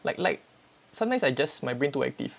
like like sometimes I just my brain too active